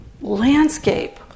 landscape